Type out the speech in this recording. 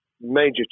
major